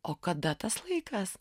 o kada tas laikas